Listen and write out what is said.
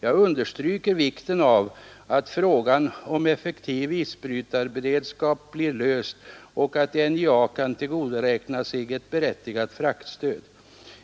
Jag understryker vikten av att frågan om effektiv isbrytarberedskap blir löst och att NJA kan tillgodoräkna sig ett berättigat fraktstöd.